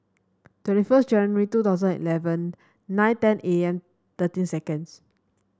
twenty first January two thousand eleven nine ten A M thirteen seconds